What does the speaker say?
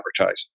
advertising